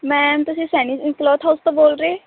ma'am ਤੁਸੀਂ Saini cloth house ਤੋਂ ਬੋਲ ਰਹੇ